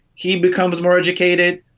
he becomes more educated.